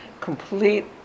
complete